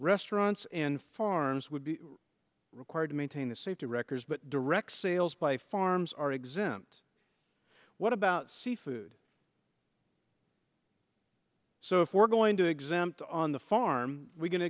restaurants in farms would be required to maintain the safety records but direct sales by farms are exempt what about seafood so if we're going to exempt on the farm we